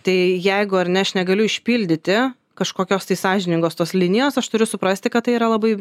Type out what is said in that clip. tai jeigu ar ne aš negaliu išpildyti kažkokios tai sąžiningos tos linijos aš turiu suprasti kad tai yra labai